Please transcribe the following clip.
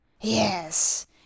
Yes